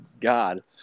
God